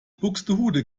buxtehude